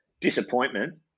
disappointment